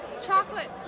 Chocolate